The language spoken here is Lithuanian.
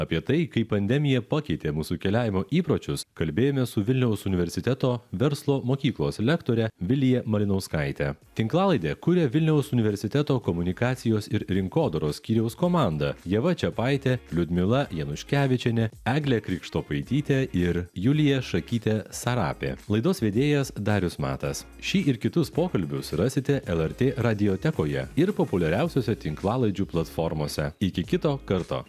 apie tai kaip pandemija pakeitė mūsų keliavimo įpročius kalbėjomės su vilniaus universiteto verslo mokyklos lektore vilija malinauskaite tinklalaidę kuria vilniaus universiteto komunikacijos ir rinkodaros skyriaus komanda ieva čiapaitė liudmila januškevičienė eglė krikštopaitytė ir julija šakytė sarapė laidos vedėjas darius matas šį ir kitus pokalbius rasite lrt radiotekoje ir populiariausiose tinklalaidžių platformose iki kito karto